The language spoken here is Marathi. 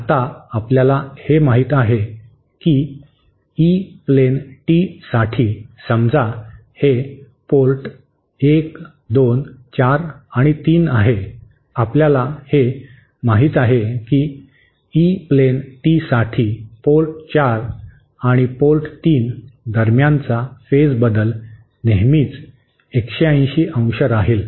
आता आपल्याला हे माहित आहे की ई प्लेन टी साठी समजा हे पोर्ट 1 2 4 आणि 3 आहे आपल्याला हे माहित आहे की ई प्लेन टी साठी पोर्ट 4 आणि पोर्ट 3 दरम्यानचा फेज बदल नेहमी 180° राहील